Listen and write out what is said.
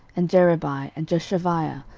and jeribai, and joshaviah,